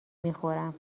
میخورم